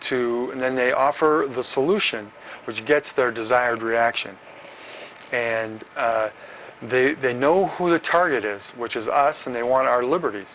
too and then they offer the solution which gets their desired reaction and they they know who the target is which is us and they want our libert